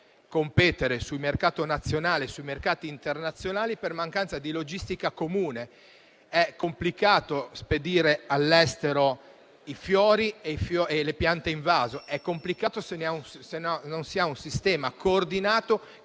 competere sul mercato nazionale e internazionale per mancanza di logistica comune. È complicato spedire all'estero i fiori e le piante in vaso: è complicato se non si ha un sistema coordinato